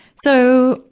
so,